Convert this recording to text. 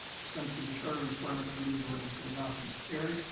dispense with the charter requirement for reading the ordinance and adopt. ms. carry.